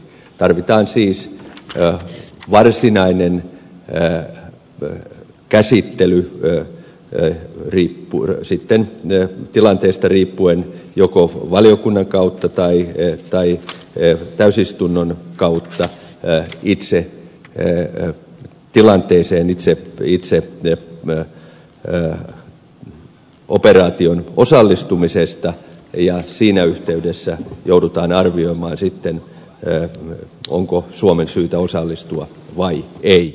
tarvitaan siis varsinainen käsittely vie yö riippuu sitten ne tilanteesta riippuen joko valiokunnan kautta tai täysistunnon kautta itse tilanteeseen itse operaatioon osallistumisesta ja siinä yhteydessä joudutaan arvioimaan sitten onko suomen syytä osallistua vai ei